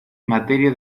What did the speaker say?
materia